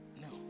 No